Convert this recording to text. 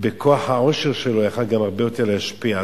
ובכוח העושר שלו היה יכול גם הרבה יותר להשפיע.